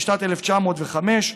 משנת 1905,